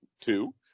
Two